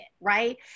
right